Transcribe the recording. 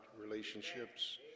relationships